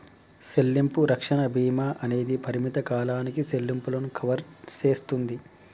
సెల్లింపు రక్షణ భీమా అనేది పరిమిత కాలానికి సెల్లింపులను కవర్ సేస్తుంది